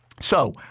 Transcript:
so,